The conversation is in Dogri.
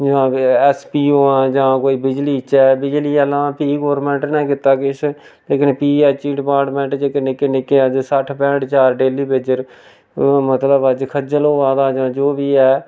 जां कोई ऐस्स पी ओ आं जां कोई बिजली च ऐ बिजली आह्लें दा भी गौरमैंट ने कीता किश लेकन पी ऐच्च ई डिपार्टमैंट जेह्के निक्के निक्के सट्ठ पैंट्ठ ज्हार डेल्ली बेजर मतलब अज्ज खज्जल होआ दा जां जो बी है